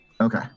Okay